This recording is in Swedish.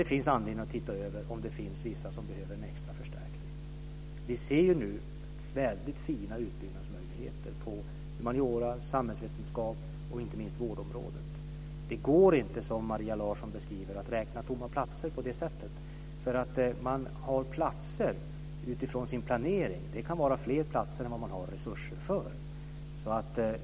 Det finns anledning att titta över om det finns vissa som behöver en extra förstärkning. Vi ser väldigt fina utbyggnadsmöjligheter för humaniora, samhällsvetenskap och inte minst vårdområdet. Det går inte att räkna tomma platser på det sätt som Maria Larsson beskriver. Man har nämligen platser utifrån sin planering, och det kan vara fler platser än vad man har resurser för.